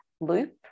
loop